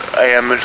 i am